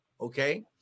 okay